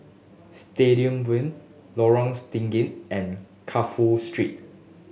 Stadium Boulevard Lorong Stangee and Crawford Street